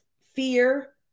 fear